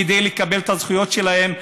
כדי לקבל את הזכויות שלהם.